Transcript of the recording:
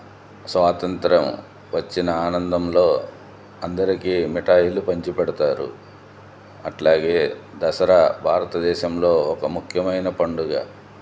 స్వాతంత్రం వచ్చిన ఆనందంలో అందరికీ మిఠాయిలు పంచి పెడతారు అట్లాగే దసరా భారతదేశంలో ఒక ముఖ్యమైన పండుగ